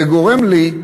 וגורם לי,